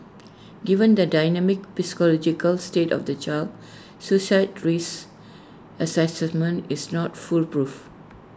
given the dynamic psychological state of the child suicide risk Assessment is not foolproof